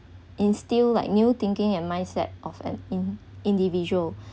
instill like new thinking and mindset of an in~ individual